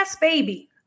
baby